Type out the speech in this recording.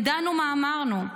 ידענו מה אמרנו.